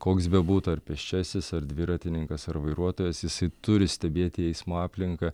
koks bebūtų ar pėsčiasis ar dviratininkas ar vairuotojas jisai turi stebėti eismo aplinką